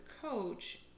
coach